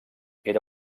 era